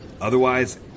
Otherwise